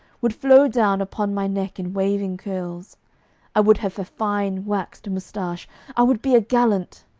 would flow down upon my neck in waving curls i would have a fine waxed moustache i would be a gallant